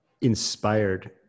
inspired